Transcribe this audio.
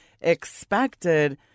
expected